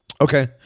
okay